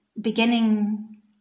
beginning